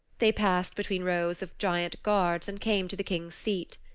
they passed between rows of giant guards and came to the king's seat.